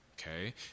okay